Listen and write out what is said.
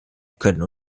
können